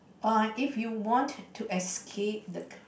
err if you want to escape the